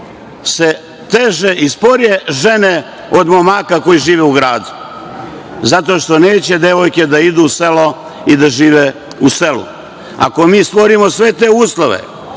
se teže i sporije žene od momaka koji žive u gradu, zato što neće devojke da idu u selo i da žive u selu. Ako mi stvorimo sve te uslove,